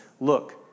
look